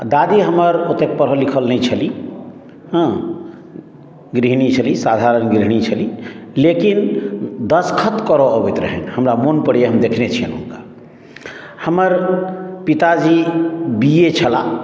दादी हमर ओतए पढ़ल लिखल नहि छलीह हॅं गृहणी छलीह साधारण गृहणी छलीह लेकिन दसखत करऽ अबैत रहनि हमरा मोन परैया हम देखने छियनि हुनका हमर पिताजी बी ए छलाह